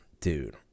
Dude